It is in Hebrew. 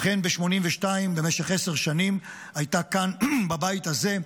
אכן מ-1982, במשך עשר שנים, הייתה כאן, בבית הזה.